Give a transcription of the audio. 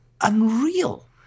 unreal